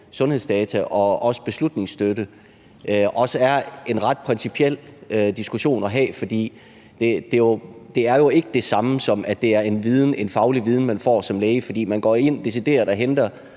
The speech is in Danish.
sundhedsdata og også beslutningsstøtte er en ret principiel diskussion at have. For det er jo ikke det samme, som at det er en faglig viden, man får som læge; for man går jo decideret ind og henter